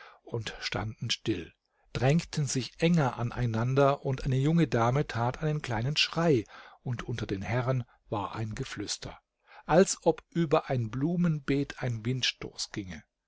und standen still drängten sich enger aneinander und eine junge dame tat einen kleinen schrei und unter den herren war ein geflüster als ob über ein blumenbeet ein windstoß ginge